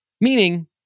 Meaning